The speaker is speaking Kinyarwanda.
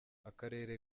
akarere